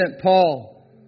Paul